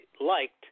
liked